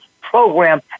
program